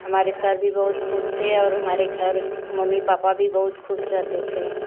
हमारे सर भी बहुत ख़ुश थे और हमारे घर मम्मी पापा भी बहुत ख़ुश रहते थे